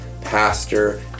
pastor